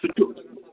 سُہ چھُ